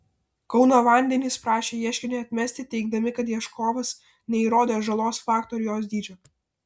kauno vandenys prašė ieškinį atmesti teigdami kad ieškovas neįrodė žalos fakto ir jos dydžio